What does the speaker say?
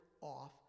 off